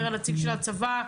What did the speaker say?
אומר הנציג של הצבא,